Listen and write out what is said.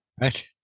Right